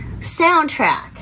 soundtrack